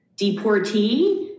deportee